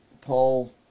Paul